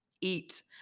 eat